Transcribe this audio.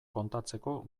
kontatzeko